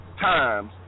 times